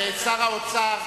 שר האוצר